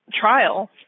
trial